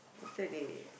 later they